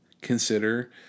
consider